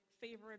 favorite